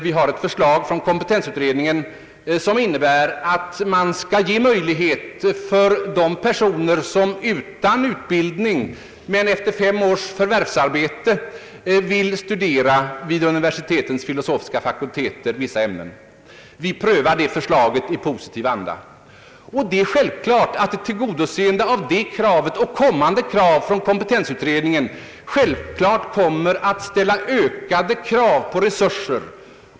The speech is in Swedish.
Vi har ett förslag från kompetensutredningen, som innebär att man skall ge möjlighet för personer utan utbildning men med fem års förvärvsarbete att studera vissa ämnen vid filosofisk fakultet. Vi prövar det förslaget i positiv anda. Det är självklart att ett tillmötesgå ende av det kravet och kommande krav från kompetensutredningen ställer ökade anspråk på resurser.